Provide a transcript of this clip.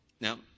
Now